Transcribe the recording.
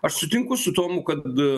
aš sutinku su tomu kad